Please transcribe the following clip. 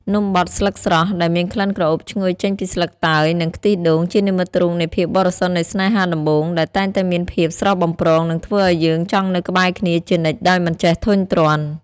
នំបត់ស្លឹកស្រស់ដែលមានក្លិនក្រអូបឈ្ងុយចេញពីស្លឹកតើយ និងខ្ទិះដូង ជានិមិត្តរូបនៃភាពបរិសុទ្ធនៃស្នេហាដំបូង ដែលតែងតែមានភាពស្រស់បំព្រង និងធ្វើឱ្យយើងចង់នៅក្បែរគ្នាជានិច្ចដោយមិនចេះធុញទ្រាន់។